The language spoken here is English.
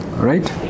Right